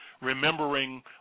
Remembering